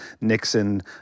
Nixon